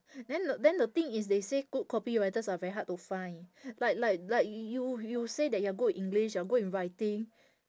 then the then the thing is they say good copywriters are very hard to find like like like you you say that you are good in english you are good in writing